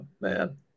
Man